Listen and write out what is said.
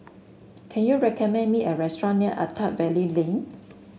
can you recommend me a restaurant near Attap Valley Lane